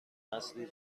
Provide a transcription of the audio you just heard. نسلی